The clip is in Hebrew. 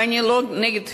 ואני לא נגד תפילות,